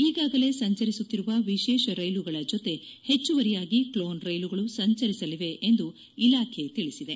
ಈಗಾಗಲೇ ಸಂಚರಿಸುತ್ತಿರುವ ವಿಶೇಷ ರೈಲುಗಳ ಜೊತೆ ಹೆಚ್ಚುವರಿಯಾಗಿ ಕ್ಲೋನ್ ರೈಲುಗಳು ಸಂಚರಿಸಲಿವೆ ಎಂದು ಇಲಾಖೆ ತಿಳಿಸಿದೆ